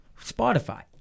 Spotify